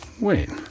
Wait